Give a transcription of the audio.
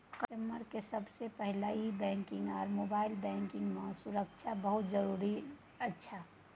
customer के सबसे पहला ई बैंकिंग आर मोबाइल बैंकिंग मां सुरक्षा बहुत जरूरी अच्छा